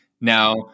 Now